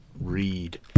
read